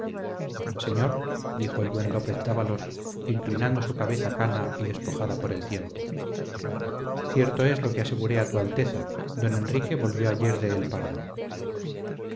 señor dijo el buen lópez dávalos inclinando su cabeza cana y despojada por el tiempo cierto es lo que aseguré a tu alteza don enrique volvió ayer de el pardo